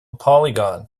polygon